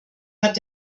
hat